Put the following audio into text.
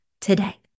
today